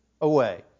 away